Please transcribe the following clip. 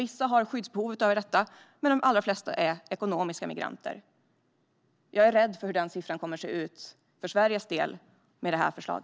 Vissa har skyddsbehov, men de allra flesta är ekonomiska migranter. Jag är rädd för hur denna siffra kommer att se ut för Sveriges del i och med detta förslag.